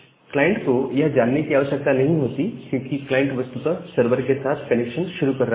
client को यह जानने की आवश्यकता नहीं क्योंकि क्लाइंट वस्तुतः सर्वर के साथ कनेक्शन शुरू कर रहा है